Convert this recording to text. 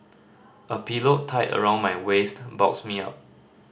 a pillow tied around my waist bulks me up